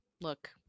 look